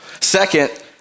Second